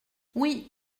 oui